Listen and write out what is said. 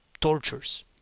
Tortures